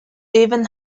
even